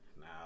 Now